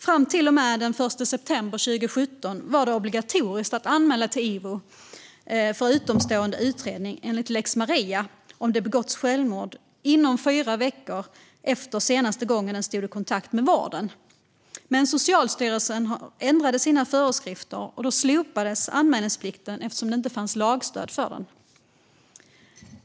Fram till den 1 september 2017 var det obligatoriskt att anmäla till IVO för utomstående utredning enligt lex Maria om någon begått självmord inom fyra veckor efter den senaste kontakten med vården. Men Socialstyrelsen ändrade sina föreskrifter, och då slopades anmälningsplikten eftersom det inte fanns lagstöd för den.